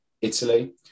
Italy